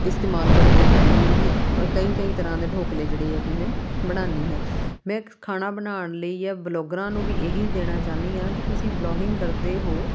ਇਸਤੇਮਾਲ ਕਰਦੀ ਹੈਗੀ ਹਾਂ ਅਤੇ ਕਈ ਕਈ ਤਰ੍ਹਾਂ ਦੇ ਢੋਕਲੇ ਜਿਹੜੇ ਆ ਕਿ ਮੈਂ ਬਣਾਉਂਦੀ ਹਾਂ ਮੈਂ ਖਾਣਾ ਬਣਾਉਣ ਲਈ ਜਾਂ ਬਲੋਗਰਾਂ ਨੂੰ ਵੀ ਇਹੀ ਦੇਣਾ ਚਾਹੁੰਦੀ ਹਾਂ ਕਿ ਤੁਸੀਂ ਵਲੋਗਿੰਗ ਕਰਦੇ ਹੋ